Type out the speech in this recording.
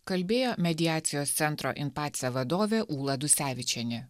kalbėjo mediacijos centro in pace vadovė ūla dusevičienė